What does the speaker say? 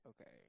Okay